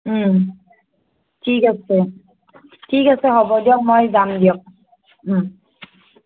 ঠিক আছে ঠিক আছে হ'ব দিয়ক মই যাম দিয়ক